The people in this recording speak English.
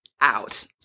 out